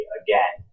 again